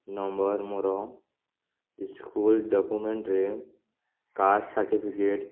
number ମୋର school ଡକୁମେଣ୍ଟରେ caste certificate